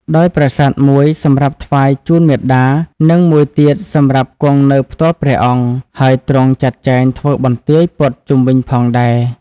ដោយប្រាសាទមួយសម្រាប់ថ្វាយជូនមេតា និងមួយទៀតសម្រាប់គង់នៅផ្ទាល់ព្រះអង្គ ហើយទ្រង់ចាត់ចែងធ្វើបន្ទាយព័ទ្ធជុំវិញផងដែរ។